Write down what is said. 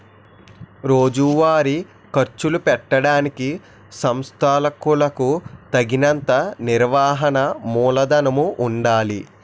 రోజువారీ ఖర్చులు పెట్టడానికి సంస్థలకులకు తగినంత నిర్వహణ మూలధనము ఉండాలి